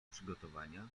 przygotowania